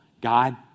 God